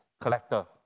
collector